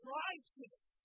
righteous